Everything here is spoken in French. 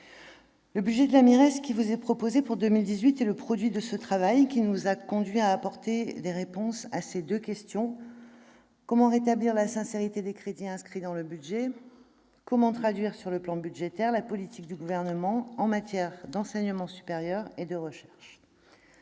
Le budget de la MIRES qui vous est proposé pour 2018 est le produit de ce travail, lequel nous a conduits à apporter des réponses à ces deux questions : comment rétablir la sincérité des crédits inscrits dans le budget ? Comment traduire sur le plan budgétaire la politique du Gouvernement en matière d'enseignement supérieur et de recherche ?